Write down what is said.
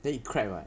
then it crack [what]